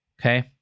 okay